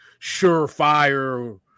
surefire